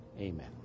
amen